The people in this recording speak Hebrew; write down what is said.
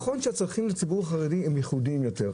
נכון שהצרכים לציבור החרדי הם ייחודיים יותר,